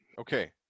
Okay